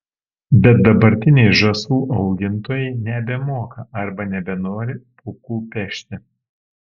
bet dabartiniai žąsų augintojai nebemoka arba nebenori pūkų pešti